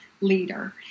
leader